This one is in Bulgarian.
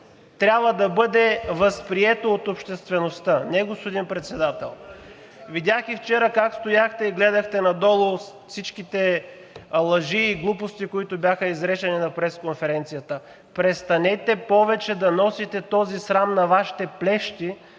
трябва да бъде възприето от обществеността. Не, господин Председател! И вчера видях как стояхте и гледахте надолу при всичките лъжи и глупости, които бяха изречени на пресконференцията. Престанете повече да носите този срам на Вашите плещи,